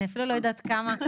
אני אפילו לא יודעת כמה.